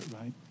right